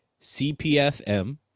CPFM